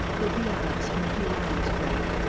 they'll be on us in a few hours, gregg.